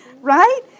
right